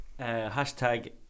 hashtag